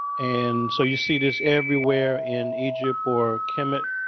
and so you see this everywhere in egypt, or kemet.